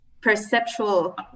perceptual